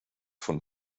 von